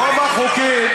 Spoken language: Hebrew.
רוב החוקים,